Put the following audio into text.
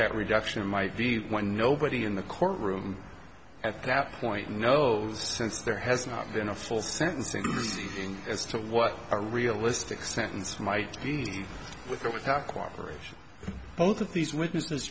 that reduction might be when nobody in the courtroom at that point knows since there has not been a full sentence easy as to what a realistic sentence might be with or without cooperation both of these witnesses